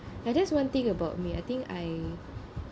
ah that's one thing about me I think I